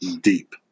deep